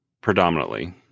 predominantly